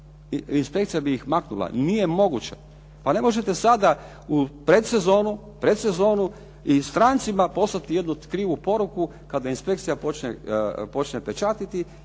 inspekcija bi ih maknula. Nije moguće. Pa ne možete sada u predsezonu i strancima poslati jednu krivu poruku kada inspekcija počne pečatiti